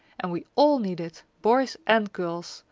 and we all need it boys and girls,